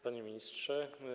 Panie Ministrze!